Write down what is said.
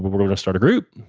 we're going to start a group.